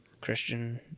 Christian